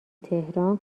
تهران